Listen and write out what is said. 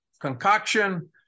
Concoction